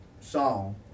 song